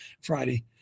Friday